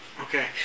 Okay